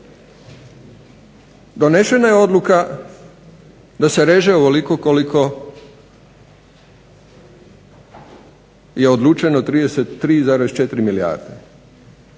donešena je odluka da se reže ovoliko koliko je odlučeno 33,4 milijarde.